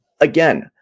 Again